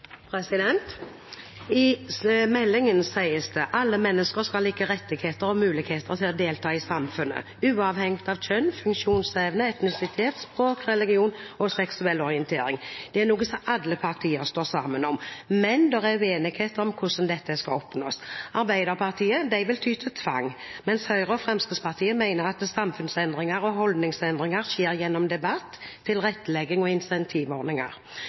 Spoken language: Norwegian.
I meldingen sies det: «Alle mennesker skal ha like rettigheter og muligheter til å delta i samfunnet, uavhengig av kjønn, funksjonsevne, etnisitet, språk, religion og seksuell orientering.» Det er noe alle partier står sammen om, men det er uenighet om hvordan dette skal oppnås. Arbeiderpartiet vil ty til tvang, mens Høyre og Fremskrittspartiet mener at samfunnsendringer og holdningsendringer skjer gjennom debatt, tilrettelegging og